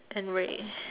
and ray